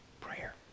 prayer